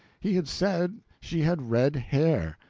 he had said she had red hair.